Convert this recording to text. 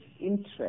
interest